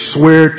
Swear